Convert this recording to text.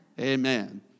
Amen